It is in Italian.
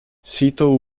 sito